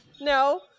No